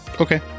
okay